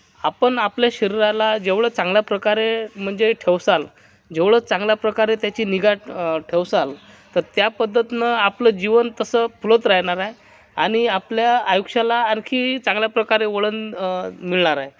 आपण आपल्या शरीराला जेवढं चांगल्या प्रकारे म्हणजे ठेवसाल जेवढं चांगल्या प्रकारे त्याची निगा र ठेवसाल तर त्या पद्धतीनं आपलं जीवन तसं फुलत राहणार आहे आणि आपल्या आयुष्याला आणखी चांगल्या प्रकारे वळण मिळणार आहे